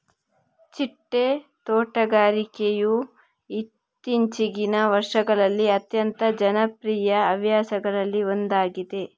ಚಿಟ್ಟೆ ತೋಟಗಾರಿಕೆಯು ಇತ್ತೀಚಿಗಿನ ವರ್ಷಗಳಲ್ಲಿ ಅತ್ಯಂತ ಜನಪ್ರಿಯ ಹವ್ಯಾಸಗಳಲ್ಲಿ ಒಂದಾಗಿದೆ